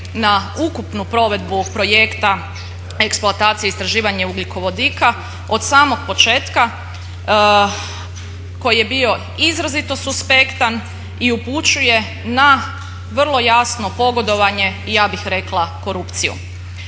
na ukupnu provedbu projekta eksploatacije i istraživanje ugljikovodika od samog početka koji je bio izrazito suspektan i upućuje na vrlo jasno pogodovanje i ja bih rekla korupciju.